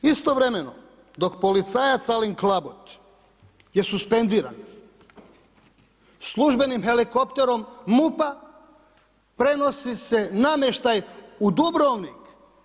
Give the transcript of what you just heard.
Istovremeno, dok policajac Alen Klabot je suspendiran, službenim helikopterom MUP-a prenosi se namještaj u Dubrovnik.